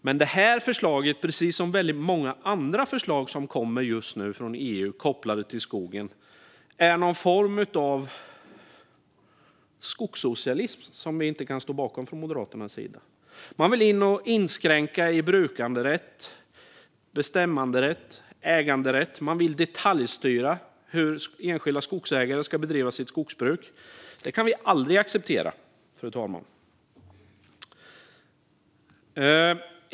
Men detta förslag, precis som väldigt många andra förslag som kommer just nu från EU kopplade till skogen, är någon form av skogssocialism, som vi inte kan stå bakom från Moderaternas sida. Man vill gå in och inskränka brukanderätt, bestämmanderätt och äganderätt. Man vill detaljstyra hur enskilda skogsägare ska bedriva sitt skogsbruk. Det kan vi aldrig acceptera, fru talman.